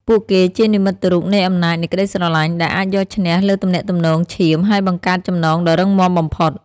ពួកគេជានិមិត្តរូបនៃអំណាចនៃក្ដីស្រឡាញ់ ដែលអាចយកឈ្នះលើទំនាក់ទំនងឈាម ហើយបង្កើតចំណងដ៏រឹងមាំបំផុត។